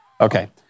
Okay